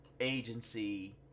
agency